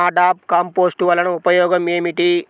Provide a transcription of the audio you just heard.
NADEP compost వలన ఉపయోగం ఏమిటి?